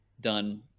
done